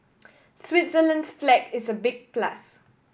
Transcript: Switzerland's flag is a big plus